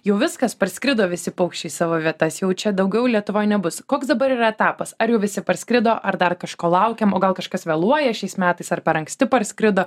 jau viskas parskrido visi paukščiai į savo vietas jau čia daugiau lietuvoj nebus koks dabar yra etapas ar jau visi parskrido ar dar kažko laukiam o gal kažkas vėluoja šiais metais ar per anksti parskrido